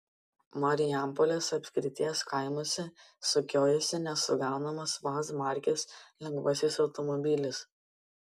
marijampolės apskrities kaimuose sukiojasi nesugaunamas vaz markės lengvasis automobilis